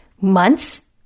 months